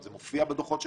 זה מופיע בדוחות שלכם?